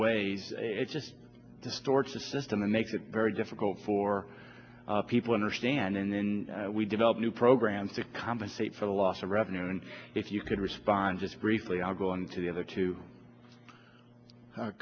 ways it just distorts the system and makes it very difficult for people understand and then we develop new programs to compensate for the loss of revenue and if you could respond just briefly i'll go on to the other two